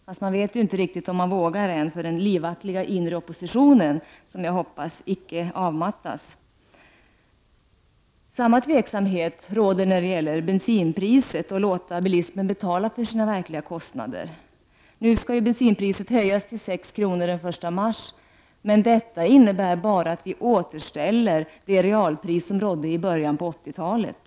Fast de vet inte riktigt om de vågar ännu för den livaktiga inre oppositionen i partiet, som jag hoppas icke avmattas. Samma tveksamhet råder när det gäller bensinpriset och att låta bilismen betala för sina verkliga kostnader. Nu skall bensinpriset höjas till 6 kr. den 1 mars. Men detta innebär bara att vi återställer det realpris som rådde i början av 80-talet.